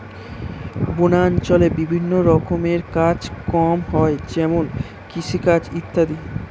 বনাঞ্চলে বিভিন্ন রকমের কাজ কম হয় যেমন কৃষিকাজ ইত্যাদি